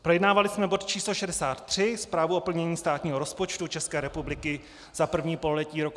Projednávali jsme bod č. 63 Zprávu o plnění státního rozpočtu České republiky za 1. pololetí roku 2013.